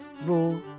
raw